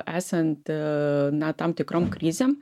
esant na tam tikrom krizėm